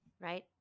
right